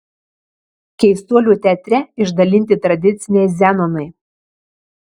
keistuolių teatre išdalinti tradiciniai zenonai